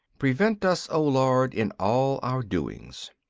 prevent us, o lord, in all our doings.